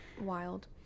wild